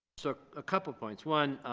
so a couple points one